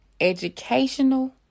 educational